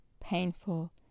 painful